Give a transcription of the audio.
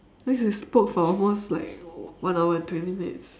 that means we spoke for almost like one hour and twenty minutes